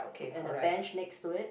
and a bench next to it